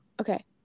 Okay